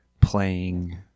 playing